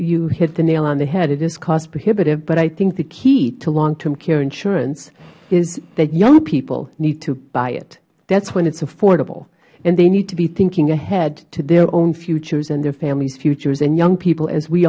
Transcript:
you hit the nail on the head it is cost prohibitive but i think the key to long term care insurance is that young people need to buy it when it is affordable and they need to be thinking ahead to their own futures and their families futures young people as we